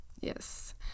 Yes